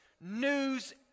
news